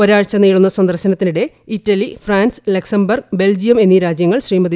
ഒരാഴ്ച നീളുന്ന സന്ദർശനത്തിനിടെ ഇറ്റലി ഫ്രാൻസ് ലക്സംബർഗ് ബെൽജീയം എന്നീ രാജ്യങ്ങൾ ശ്രീമതി